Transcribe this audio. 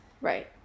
Right